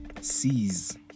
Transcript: sees